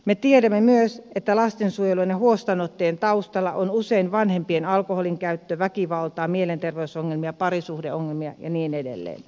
me tiedämme myös että lastensuojelun ja huostaanottojen taustalla on usein vanhempien alkoholinkäyttöä väkivaltaa mielenterveysongelmia parisuhdeongelmia ja niin edelleen